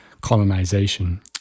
colonization